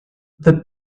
the